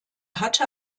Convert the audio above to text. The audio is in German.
hatte